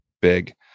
big